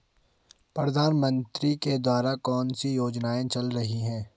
प्रधानमंत्री के द्वारा कौनसी योजनाएँ चल रही हैं?